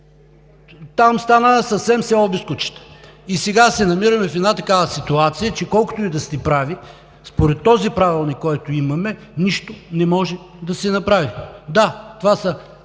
Там съвсем стана село без кучета. Сега се намираме в една такава ситуация, че колкото и да сте прави, според този правилник, който имаме, нищо не може да се направи. Да, това са